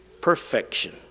perfection